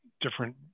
different